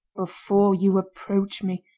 before you approach me,